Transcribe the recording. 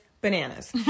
bananas